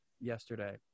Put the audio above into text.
yesterday